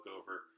over